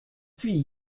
puis